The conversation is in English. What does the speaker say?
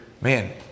man